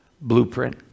blueprint